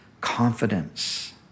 Confidence